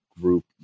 group